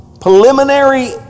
preliminary